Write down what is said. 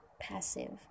passive